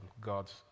God's